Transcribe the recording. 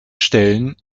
stellen